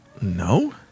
No